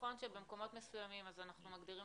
נכון שבמקומות מסוימים אנחנו מגדירים